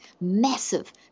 massive